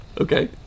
Okay